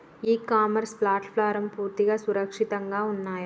ఇ commerce ప్లాట్ఫారమ్లు పూర్తిగా సురక్షితంగా ఉన్నయా?